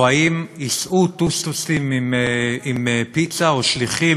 או האם ייסעו טוסטוסים עם פיצה או שליחים